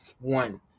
one